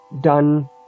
done